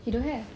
he don't have